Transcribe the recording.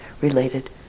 related